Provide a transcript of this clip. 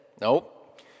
Nope